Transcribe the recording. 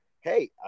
hey